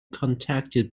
contacted